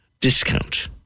Discount